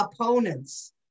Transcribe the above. opponents